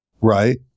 Right